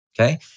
Okay